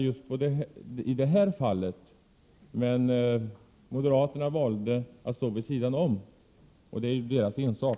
Moderaterna valde emellertid att stå vid sidan om, och det är ju deras ensak.